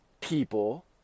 people